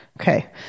Okay